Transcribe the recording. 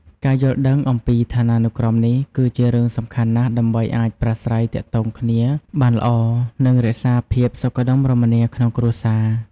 ការយល់ដឹងអំពីឋានានុក្រមនេះ គឺជារឿងសំខាន់ណាស់ដើម្បីអាចប្រាស្រ័យទាក់ទងគ្នាបានល្អ និងរក្សាភាពសុខដុមរមនាក្នុងគ្រួសារ។